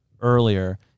Earlier